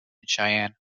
cheyenne